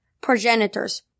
progenitors